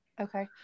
okay